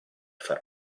fare